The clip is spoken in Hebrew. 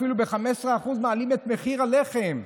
אפילו ב-15% מעלים את מחיר הלחם.